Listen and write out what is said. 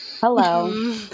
Hello